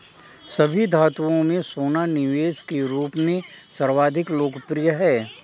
सभी धातुओं में सोना निवेश के रूप में सर्वाधिक लोकप्रिय है